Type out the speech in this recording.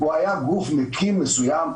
הוא היה גוף מקים מסוים,